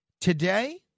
Today